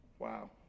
Wow